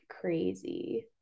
crazy